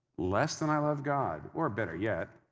less than i love god, or better yet,